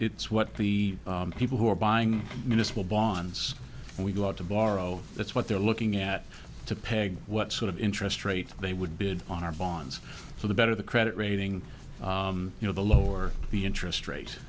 it's what the people who are buying municipal bonds and we've got to borrow that's what they're looking at to peg what sort of interest rate they would bid on our bonds for the better the credit rating you know the lower the interest rate